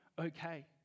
Okay